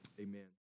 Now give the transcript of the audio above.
amen